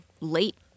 late